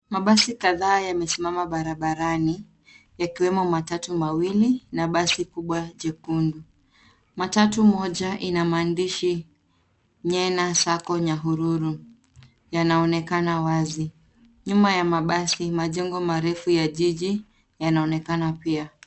Mabasi kadhaa yamesimama barabarani yakiwemo matatu mawili na basi kubwa jekundu. Matatu moja ina maandishi Nyena Sacco Nyahururu yanaonekana wazi. Nyuma ya basi majengo refu ya jiji yanaonekana pia.